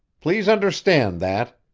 please understand that!